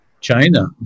China